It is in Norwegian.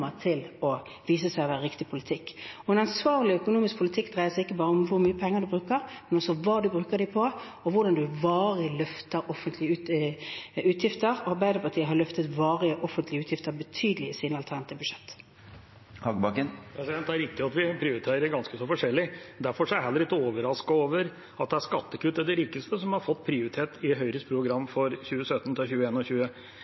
til å vise seg å være riktig politikk. En ansvarlig økonomisk politikk dreier seg ikke bare om hvor mye penger du bruker, men også hva du bruker dem på, og om hvorvidt du varig løfter offentlige utgifter – og Arbeiderpartiet har løftet varige offentlige utgifter betydelig i sine alternative budsjetter. Det er riktig at vi prioriterer ganske så forskjellig. Derfor er jeg heller ikke overrasket over at det er skattekutt til de rikeste som har fått prioritet i Høyres